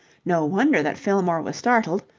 no wonder that fillmore was startled.